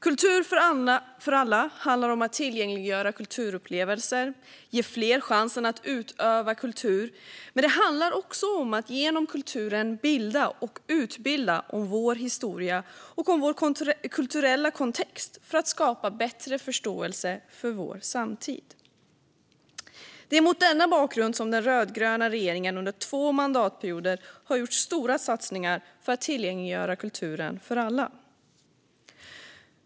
Kultur för alla handlar om att tillgängliggöra kulturupplevelser och ge fler chansen att utöva kultur, men det handlar också om att genom kulturen bilda och utbilda om vår historia och vår kulturella kontext för att skapa bättre förståelse för vår samtid. Det är mot denna bakgrund som den rödgröna regeringen under två mandatperioder har gjort stora satsningar för att tillgängliggöra kulturen för alla.